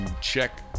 check